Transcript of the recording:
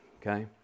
Okay